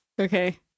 Okay